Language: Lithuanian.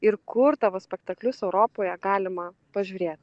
ir kur tavo spektaklius europoje galima pažiūrėt